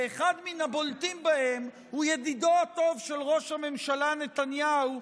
שאחד מן הבולטים בהם הוא ידידו הטוב של ראש הממשלה נתניהו,